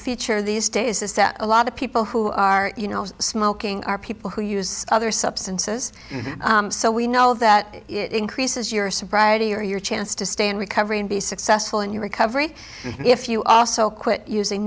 feature these days is that a lot of people who are you know smoking are people who use other substances so we know that it increases your sobriety or your chance to stay in recovery and be successful in your recovery if you also quit using